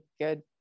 good